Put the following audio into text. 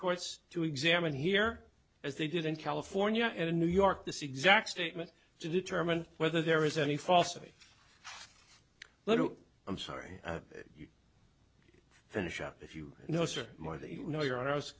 courts to examine here as they did in california and in new york this exact statement to determine whether there is any falsity letter i'm sorry you finish up if you know sir more that you know your i was